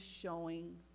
showing